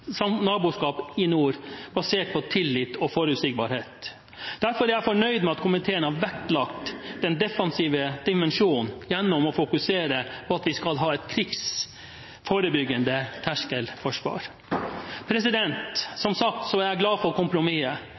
naboskap i nord, basert på tillit og forutsigbarhet. Derfor er jeg fornøyd med at komiteen har vektlagt den defensive dimensjonen gjennom å fokusere på at vi skal ha et krigsforebyggende terskelforsvar. Som sagt er jeg glad for kompromisset,